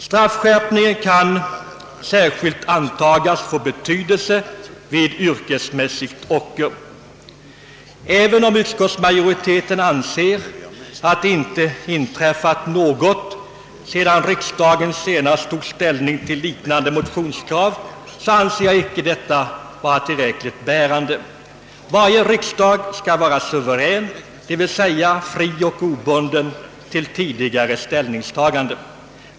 Straffskärpningen kan särskilt antagas få betydelse vid yrkesmässigt ocker. Utskottsmajoriteten menar att det inte inträffat något nytt sedan riksdagen senast tog ställning till liknande motionskrav men jag anser inte att detta är tillräckligt bärande. Varje riksdag skall vara suverän; d.v.s. fri och obunden i förhållande till tidigare ställningstaganden.